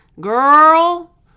girl